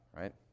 Right